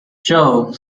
joe